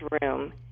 room